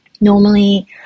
Normally